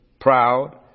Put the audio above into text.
proud